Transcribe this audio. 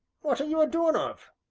what are you a-doing of?